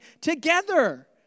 together